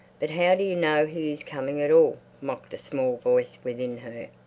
but how do you know he is coming at all? mocked a small voice within her.